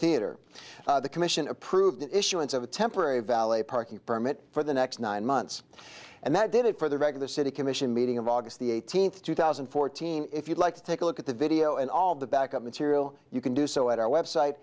theater the commission approved issuance of a temporary valet parking permit for the next nine months and that did it for the regular city commission meeting of august the eighteenth two thousand and fourteen if you'd like to take a look at the video and all the backup material you can do so at our website